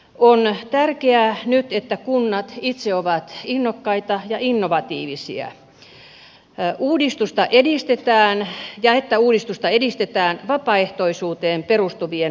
on tärkeää nyt että kunnat itse ovat innokkaita ja innovatiivisia ja että uudistusta edistetään vapaaehtoisuuteen perustuvien kuntaliitosprosessien kautta